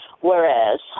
whereas